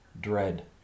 dread